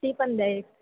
ती पण द्या एक